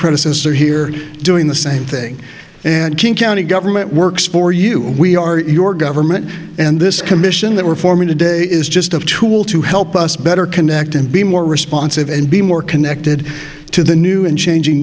predecessor here doing the same thing and king county government works for you we are your government and this commission that we're forming today is just of tool to help us better connect and be more responsive and be more connected to the new and changing